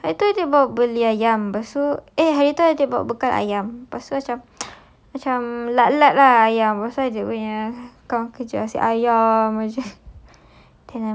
a'ah hari tu dia bawa beli ayam lepas tu eh hari itu ada bawa bekal ayam lepas tu macam macam lat-lat ah ayam lepas I ajak I punya kawan kerja asyik ayam aje